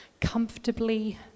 comfortably